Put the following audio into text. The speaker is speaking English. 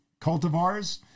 cultivars